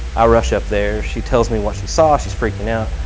i rush up there, she tells me what she saw, she's freaking out.